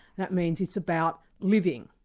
that means it's about living,